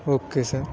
okay sir